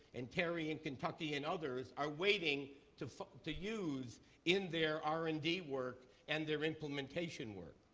in perry and kentucky and others are waiting to to use in their r and d work and their implementation work.